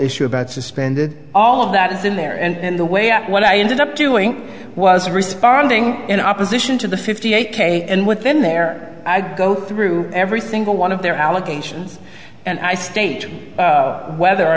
issue about suspended all of that is in there and the way out what i ended up doing was responding in opposition to the fifty eight k and within there i go through every single one of their allegations and i state whether or